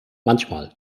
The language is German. manchmal